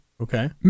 Okay